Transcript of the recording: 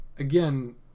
Again